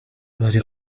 bari